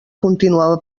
continuava